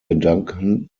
gedanken